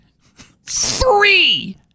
Three